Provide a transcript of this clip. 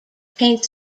paint